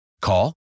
Call